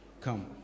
come